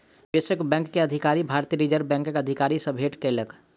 निवेशक बैंक के अधिकारी, भारतीय रिज़र्व बैंकक अधिकारी सॅ भेट केलक